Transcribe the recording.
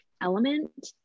element